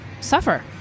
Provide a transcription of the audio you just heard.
suffer